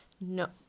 No